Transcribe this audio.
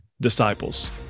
disciples